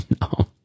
No